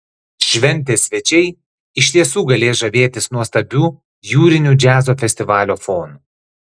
šventės svečiai iš tiesų galės žavėtis nuostabiu jūriniu džiazo festivalio fonu